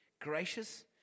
gracious